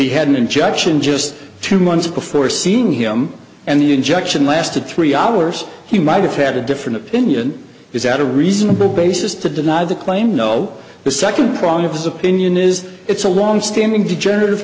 he had an injection just two months before seeing him and the injection lasted three hours he might have had a different opinion is that a reasonable basis to deny the claim no the second prong of this opinion is it's a longstanding degenerative